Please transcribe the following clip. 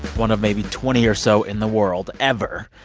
one of maybe twenty or so in the world ever.